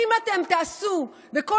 קדימה, לא אחורנית.